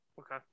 Okay